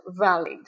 valid